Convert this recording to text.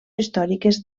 històriques